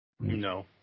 No